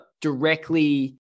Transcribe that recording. directly